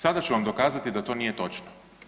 Sada ću vam dokazati da to nije točno.